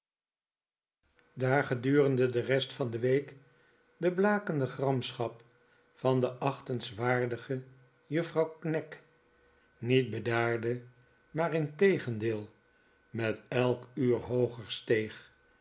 daar gedurende de rest van de week de blakende gramschap van de achtenswaardige juffrouw knag niet bedaarde maar integendeel met elk uur hooger steeg